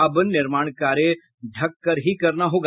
अब निर्माण कार्य ढक कर करना होगा